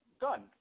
done